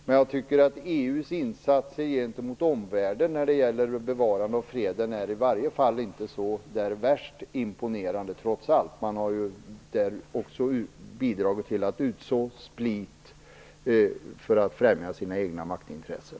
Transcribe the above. Men jag tycker att EU:s insatser gentemot omvärlden när det gäller bevarandet av freden inte är så värst imponerande, trots allt. Man har också där bidragit till att utså split för att främja sina egna maktintressen.